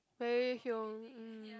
very hiong um